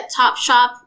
Topshop